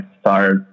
start